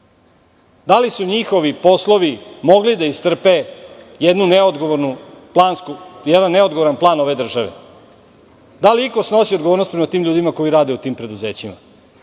li su njihovi poslovi mogli da istrpe jedan neodgovoran plan ove države. Da li iko snosi odgovornost prema tim ljudima koji rade u tim preduzećima?